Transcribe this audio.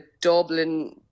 Dublin